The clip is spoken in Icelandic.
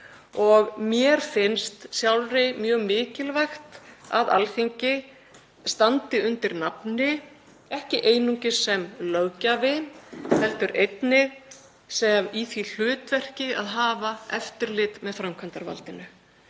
Mér finnst sjálfri mjög mikilvægt að Alþingi standi undir nafni, ekki einungis sem löggjafi heldur einnig í því hlutverki að hafa eftirlit með framkvæmdarvaldinu.